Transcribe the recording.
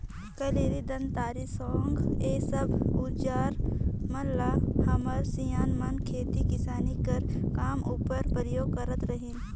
कलारी, दँतारी, साँगा ए सब अउजार मन ल हमर सियान मन खेती किसानी कर काम उपर परियोग करत रहिन